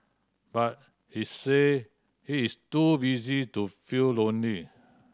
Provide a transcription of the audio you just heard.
but he say he is too busy to feel lonely